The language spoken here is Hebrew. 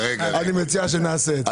אני מציע שנעשה את זה.